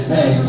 Hey